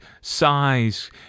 size